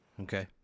Okay